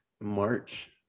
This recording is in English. March